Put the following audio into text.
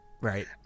Right